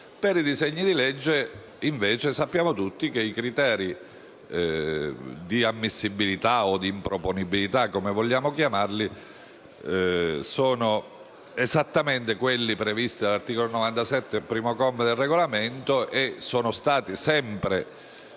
Per i disegni di legge sappiamo invece tutti che i criteri di ammissibilità o di proponibilità, come vogliamo chiamarli, sono esattamente quelli previsti all'articolo 97, comma 1, del Regolamento e sono stati sempre